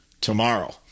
tomorrow